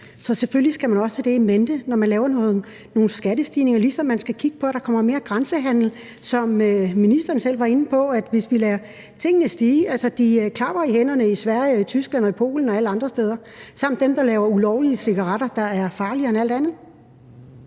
Så selvfølgelig skal man også have det in mente, når man laver nogle skattestigninger, ligesom man skal kigge på, at der kommer mere grænsehandel. Som ministeren selv var inde på: Hvis vi lader tingene stige, så klapper de i hænderne i Sverige og Tyskland og Polen og alle andre steder – samt dem, som laver ulovlige cigaretter, der er farligere end de andre.